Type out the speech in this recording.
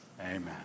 Amen